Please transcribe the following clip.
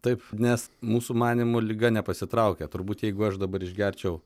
taip nes mūsų manymu liga nepasitraukė turbūt jeigu aš dabar išgerčiau